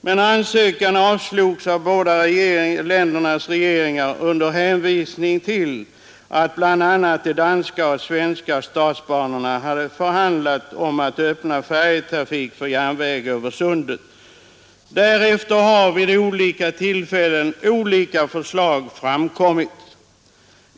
Men ansökan avslogs av båda ländernas regeringar under hänvisning till bl.a. att de svenska och danska statsbanorna förhandlat om att öppna färjetrafik för järnväg över Sundet. Därefter har andra förslag vid olika tillfällen framkommit.